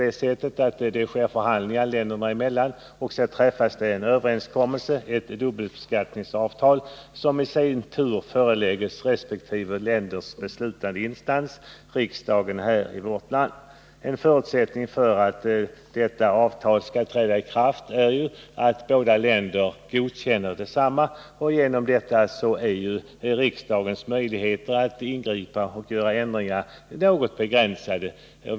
Efter förhandlingar länderna emellan träffas en överenskommelse, ett dubbelbeskattningsavtal, som i sin tur föreläggs resp. länders beslutande instans — riksdagen här i vårt land. En förutsättning för att detta avtal skall träda i kraft är att båda länderna godkänner detsamma. Därigenom är riksdagens möjligheter att ingripa och göra ändringar något begränsade.